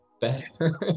Better